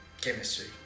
chemistry